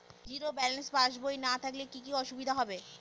Zero balance passbook না থাকলে কি কী অসুবিধা হবে?